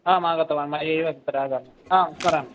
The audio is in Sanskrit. आम् आगतवान् मया एव अत्र आगमनम् आं स्मरामि स्मरामि